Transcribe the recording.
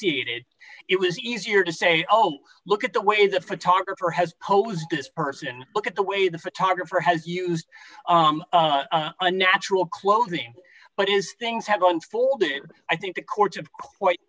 seated it was easier to say oh look at the way the photographer has posed this person look at the way the photographer has used a natural clothing but is things have unfolded i think the courts have quite